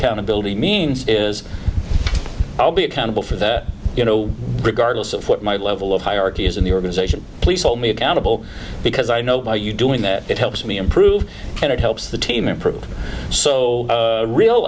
accountability means is i'll be accountable for that you know regardless of what my level of hierarchy is in the organization please hold me accountable because i know by you doing that it helps me improve and it helps the team i